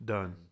Done